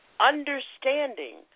understanding